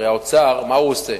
הרי האוצר, מה הוא עושה?